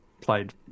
Played